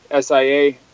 SIA